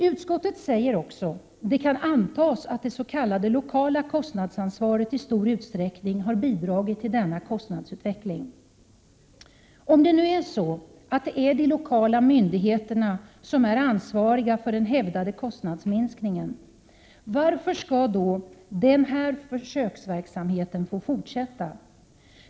Utskottet säger också: ”Det kan antas att dets.k. lokala kostnadsansvaret i stor utsträckning har bidragit till denna kostnadsutveckling.” Om det nu är de lokala myndigheterna som är ansvariga för den hävdade kostnadsminskningen, varför skall då denna försöksverksamhet få fortsätta?